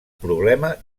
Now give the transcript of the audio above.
problema